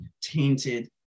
tainted